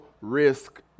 risk